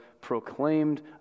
proclaimed